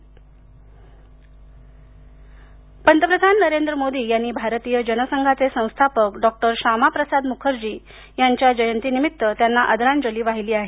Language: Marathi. पंतप्रधान मोदी पंतप्रधान नरेंद्र मोदी यांनी भारतीय जनसंघाचे संस्थापक डॉक्टर श्यामा प्रसाद मुखर्जी यांच्या जयंतीनिमित्त त्यांना आदरांजली वाहिली आहे